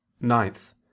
ninth